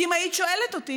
כי אם היית שואלת אותי,